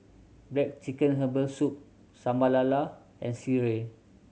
black chicken herbal soup Sambal Lala and sireh